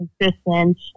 consistent